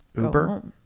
uber